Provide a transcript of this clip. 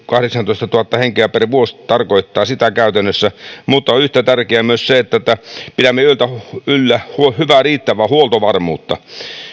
kahdeksantoistatuhatta henkeä per vuosi tarkoittaa käytännössä mutta on yhtä tärkeää myös se että pidämme yllä hyvää riittävää huoltovarmuutta